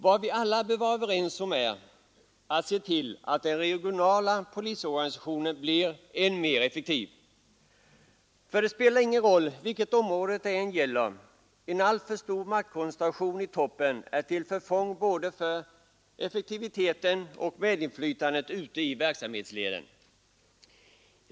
Vad vi alla bör vara överens om är att se till att den regionala polisorganisationen blir än mer effektiv. Det spelar ingen roll vilket område det gäller — en alltför stor maktkoncentration i toppen är till förfång både för effektiviteten och för medinflytandet ute i verksamhetsleden.